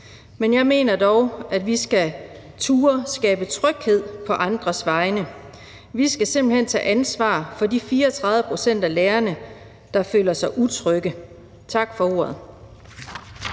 men jeg mener dog, at vi skal turde skabe tryghed på andres vegne. Vi skal simpelt hen tage ansvar for de 34 pct. af lærerne, der føler sig utrygge. Tak for ordet.